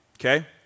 okay